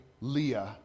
Leah